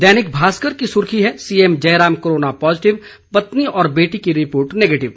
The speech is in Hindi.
दैनिक भास्कर की सुर्खी है सीएम जयराम कोरोना पॉजिटिव पत्नी और बेटी की रिपोर्ट नेगिटिव